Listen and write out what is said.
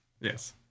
Yes